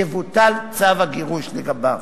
יבוטל צו הגירוש לגביו.